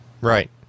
Right